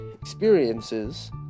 experiences